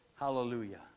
Hallelujah